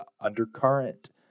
undercurrent